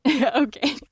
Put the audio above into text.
Okay